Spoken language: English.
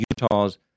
Utah's